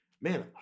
Man